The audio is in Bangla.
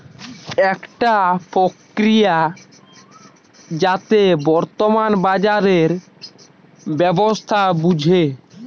একটা প্রক্রিয়া যাতে বর্তমান বাজারের ব্যবস্থা বুঝে